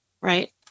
right